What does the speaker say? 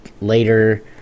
later